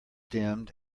dimmed